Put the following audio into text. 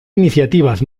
iniciativas